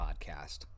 podcast